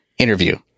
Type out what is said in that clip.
interview